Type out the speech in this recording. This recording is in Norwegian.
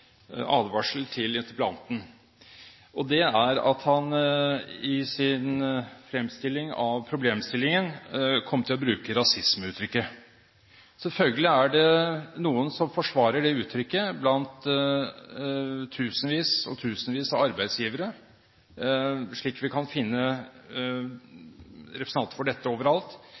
advarsel til interpellanten. I sin fremstilling av problemstillingen kom han til å nevne rasismeuttrykket. Selvfølgelig er det noen som forsvarer det uttrykket blant tusenvis av arbeidsgivere, vi kan finne representanter for dette overalt.